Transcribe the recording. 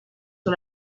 sur